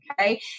okay